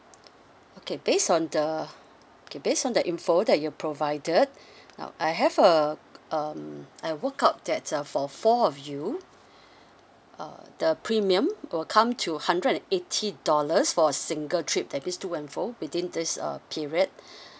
okay based on the K based on the info that you've provided now I have a um I worked out that uh for four of you uh the premium will come to hundred and eighty dollars for a single trip that means to and fro within this uh period